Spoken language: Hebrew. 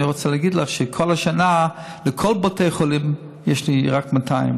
אני רוצה להגיד לך שבכל השנה לכל בתי החולים יש לי רק 200,